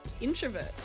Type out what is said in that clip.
introvert